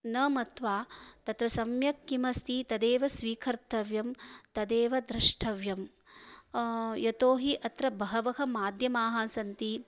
न मत्वा तत्र सम्यक् किमस्ति तदेव स्वीकर्तव्यं तदेव द्रष्टव्यं यतो हि अत्र बहवः माध्यमाः सन्ति